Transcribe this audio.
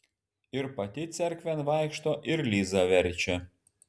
ir pati cerkvėn vaikšto ir lizą verčia